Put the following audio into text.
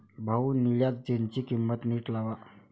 भाऊ, निळ्या जीन्सची किंमत नीट लावा